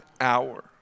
hour